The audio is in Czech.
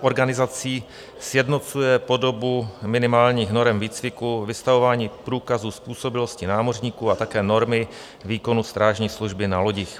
organizací, sjednocuje podobu minimálních norem výcviku, vystavování průkazů způsobilosti námořníků a také normy výkonu strážní služby na lodích.